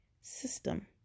system